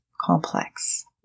complex